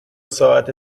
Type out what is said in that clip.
ساعت